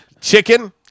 chicken